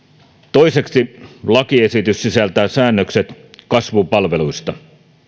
toiseksi lakiesitys sisältää säännökset kasvupalveluista